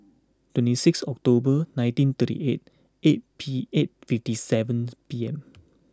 twenty six October nineteen thirty eight eight P eight fifty seven P M